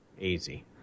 easy